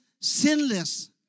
sinless